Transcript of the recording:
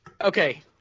okay